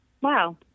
Wow